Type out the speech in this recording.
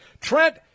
Trent